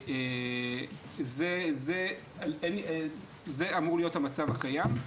זה אמור להיות המצב הקיים,